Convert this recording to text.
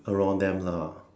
around them lah